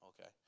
Okay